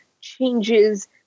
changes